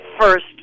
first